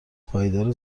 پایدار